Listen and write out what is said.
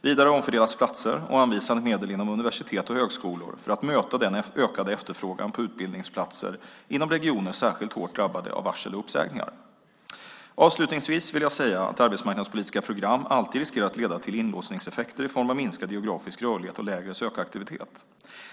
Vidare omfördelas platser och anvisade medel inom universitet och högskolor för att möta den ökade efterfrågan på utbildningsplatser inom regioner särskilt hårt drabbad av varsel och uppsägningar. Avslutningsvis vill jag säga att arbetsmarknadspolitiska program alltid riskerar att leda till inlåsningseffekter i form av minskad geografisk rörlighet och lägre sökaktivitet.